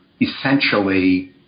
essentially